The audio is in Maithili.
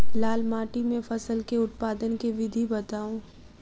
लाल माटि मे फसल केँ उत्पादन केँ विधि बताऊ?